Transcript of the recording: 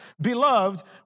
Beloved